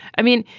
i mean,